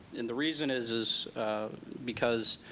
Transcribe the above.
and the reason is, is because,